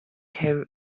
have